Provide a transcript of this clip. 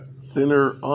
thinner